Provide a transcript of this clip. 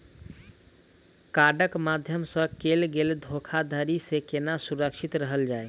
कार्डक माध्यम सँ कैल गेल धोखाधड़ी सँ केना सुरक्षित रहल जाए?